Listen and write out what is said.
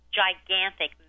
gigantic